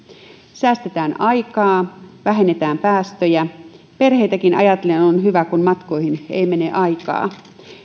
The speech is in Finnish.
säästetään aikaa vähennetään päästöjä perheitäkin ajatellen on hyvä kun matkoihin ei mene aikaa